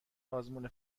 آزمون